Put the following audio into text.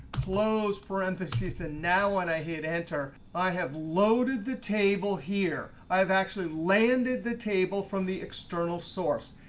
close parentheses. and now when i hit enter, i have loaded the table here. i've actually landed the table from the external source.